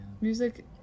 Music